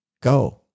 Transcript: Go